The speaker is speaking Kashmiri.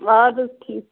اَدٕ حظ ٹھیٖک چھُ